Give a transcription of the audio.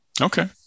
Okay